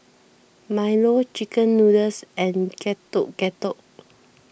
Milo Chicken Noodles and Getuk Getuk